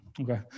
okay